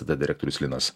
tada direktorius linas